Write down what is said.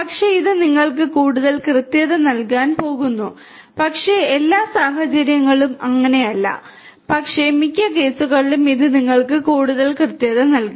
പക്ഷേ ഇത് നിങ്ങൾക്ക് കൂടുതൽ കൃത്യത നൽകാൻ പോകുന്നു പക്ഷേ എല്ലാ സാഹചര്യങ്ങളിലും അല്ല പക്ഷേ മിക്ക കേസുകളിലും ഇത് നിങ്ങൾക്ക് കൂടുതൽ കൂടുതൽ കൃത്യത നൽകും